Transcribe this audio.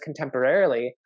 contemporarily